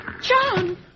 John